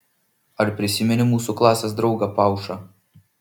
ar prisimeni mūsų klasės draugą paušą